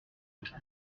lepuix